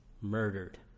murdered